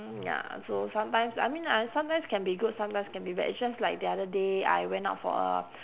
hmm ya so sometimes I mean I sometimes can be good sometimes can be bad it's just like the other day I went out for a